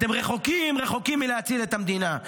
אתם רחוקים רחוקים מלהציל את המדינה.